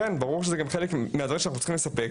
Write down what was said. אז כן, זה ברור שזה חלק מהדברים שצריך לספק.